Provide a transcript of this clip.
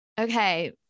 Okay